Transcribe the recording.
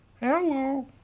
Hello